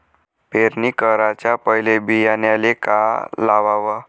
पेरणी कराच्या पयले बियान्याले का लावाव?